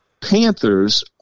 Panthers